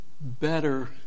Better